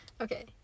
Okay